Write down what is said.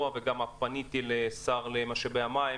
ודיברתי עליה גם עם השר למשאבי המים: